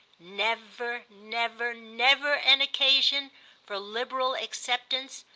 never, never, never an occasion for liberal acceptance,